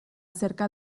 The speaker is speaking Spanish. cerca